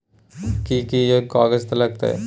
कि कि कागजात लागतै?